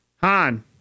Han